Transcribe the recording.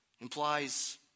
implies